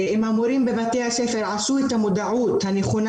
אם המורים בבתי הספר יעשו את המודעות הנכונה